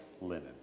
linen